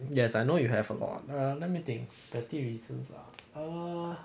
yes I know you have a lot um let me think petty reasons ah err